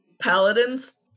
paladins